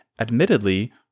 admittedly